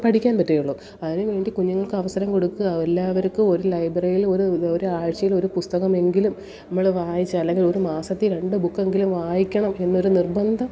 പഠിക്കാൻ പറ്റുകയുള്ളു അതിനു വേണ്ടി കുഞ്ഞുങ്ങൾക്കവസരം കൊടുക്കുക എല്ലാവർക്കും ഒരു ലൈബ്രറിയിൽ ഒരു ഒരാഴ്ചയിൽ ഒരു പുസ്തകമെങ്കിലും നമ്മൾ വായിച്ചില്ലെങ്കിൽ ഒരു മാസത്തിൽ രണ്ടു ബുക്കെങ്കിലും വായിക്കണം എന്നൊരു നിർബന്ധം